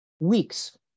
weeks